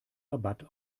rabatt